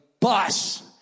bus